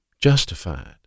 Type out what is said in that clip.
justified